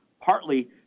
partly